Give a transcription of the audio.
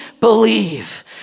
believe